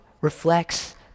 reflects